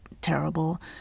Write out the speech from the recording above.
terrible